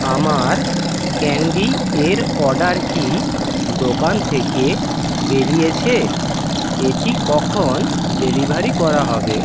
আমার ক্যাণ্ডি এর অর্ডার কি দোকান থেকে বেরিয়েছে এটি কখন ডেলিভারি করা হবে